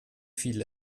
viel